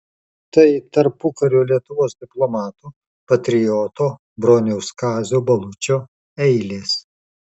tai tarpukario lietuvos diplomato patrioto broniaus kazio balučio eilės